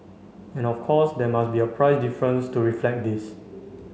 and of course there must be a price difference to reflect this